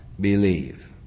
believe